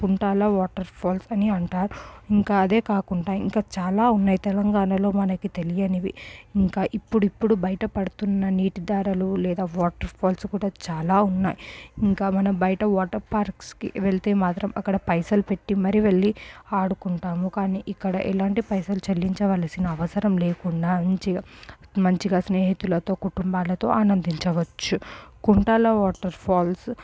Kuntala waterfalls అని అంటారు ఇంకా అదే కాకుండా ఇంకా చాలా ఉన్నాయి తెలంగాణలో మనకి తెలియనివి ఇంకా ఇప్పుడిప్పుడు బయటపడుతున్న నీటి దారాలు లేదా వాటర్ ఫాల్స్ కూడా చాలా ఉన్నాయి ఇంకా మన బయట వాటర్ పార్క్స్కి వెళ్తే మాత్రం అక్కడ పైసలు పెట్టి మరి వెళ్ళి ఆడుకుంటాము కానీ ఇక్కడ ఎలాంటి పైసలు చెల్లించవలసిన అవసరం లేకుండా మంచిగా మంచిగా స్నేహితులతో కుటుంబాలతో ఆనందించవచ్చు కుంటాల వాటర్ ఫాల్స్